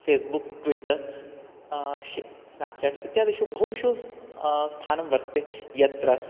Facebook Twitter श Snapchat इत्यादिषु बहुषु स्थानं वर्तते यत्र